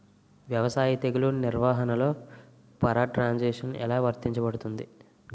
వ్యవసాయ తెగుళ్ల నిర్వహణలో పారాట్రాన్స్జెనిసిస్ఎ లా వర్తించబడుతుంది?